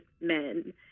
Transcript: men